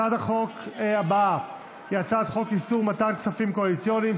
הצעת החוק הבאה היא הצעת חוק איסור מתן כספים קואליציוניים,